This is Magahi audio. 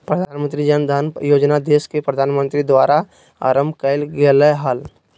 प्रधानमंत्री जन धन योजना देश के प्रधानमंत्री के द्वारा आरंभ कइल गेलय हल